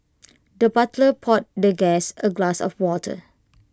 the butler poured the guest A glass of water